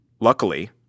Luckily